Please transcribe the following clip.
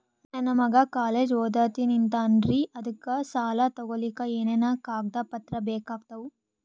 ನನ್ನ ಮಗ ಕಾಲೇಜ್ ಓದತಿನಿಂತಾನ್ರಿ ಅದಕ ಸಾಲಾ ತೊಗೊಲಿಕ ಎನೆನ ಕಾಗದ ಪತ್ರ ಬೇಕಾಗ್ತಾವು?